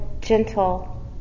gentle